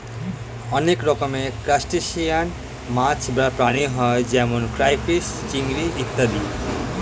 অনেক রকমের ক্রাস্টেশিয়ান মাছ বা প্রাণী হয় যেমন ক্রাইফিস, চিংড়ি ইত্যাদি